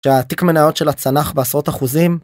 שהתיק מניות שלה צנח בעשרות אחוזים